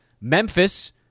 Memphis